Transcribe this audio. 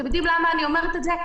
אתם יודעים למה אני אומרת את זה?